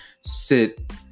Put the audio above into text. sit